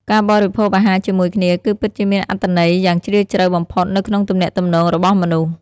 ការបរិភោគអាហារជាមួយគ្នាគឺពិតជាមានអត្ថន័យយ៉ាងជ្រាលជ្រៅបំផុតនៅក្នុងទំនាក់ទំនងរបស់មនុស្ស។